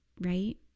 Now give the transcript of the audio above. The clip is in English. right